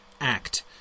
act